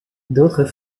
d’autres